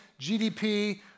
GDP